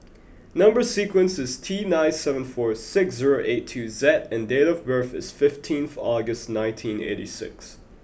number sequence is T nine seven four six zero eight two Z and date of birth is fifteenth August nineteen eighty six